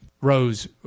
Rose